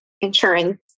insurance